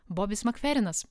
bobis makferinas